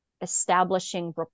establishing